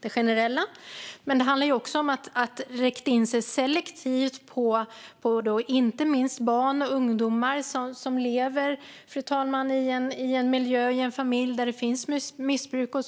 Det generella är nödvändigt, men det handlar också om att selektivt rikta in sig på inte minst barn och ungdomar som lever i en miljö eller en familj där det finns missbruk och